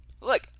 Look